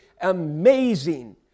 amazing